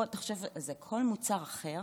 תחשוב, בכל מוצר אחר